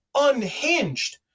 unhinged